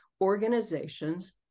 organizations